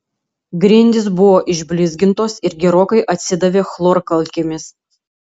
grindys buvo išblizgintos ir gerokai atsidavė chlorkalkėmis